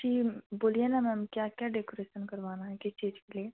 जी बोलिए ना मैम क्या क्या डेकोरेसन करवाना है किस चीज के लिए